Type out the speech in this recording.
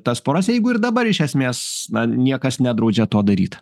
tas poras jeigu ir dabar iš esmės na niekas nedraudžia to daryt